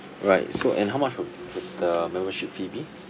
right so and how much would would the membership fee be